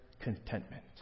contentment